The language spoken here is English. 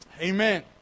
Amen